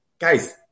guys